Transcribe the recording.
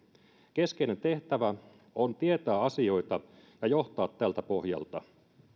keskeinen tehtävä on tietää asioita ja johtaa tältä pohjalta